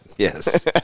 Yes